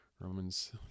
Romans